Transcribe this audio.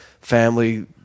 family